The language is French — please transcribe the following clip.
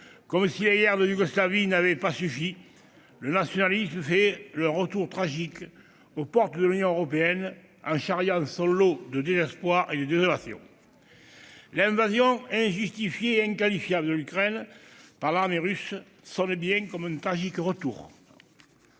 comme si la guerre de Yougoslavie n'avait pas suffi, le nationalisme fait son retour tragique aux portes de l'Union européenne en charriant son lot de désespoir et de désolations. L'invasion injustifiée et inqualifiable de l'Ukraine par l'armée russe sonne bien comme un tragique retour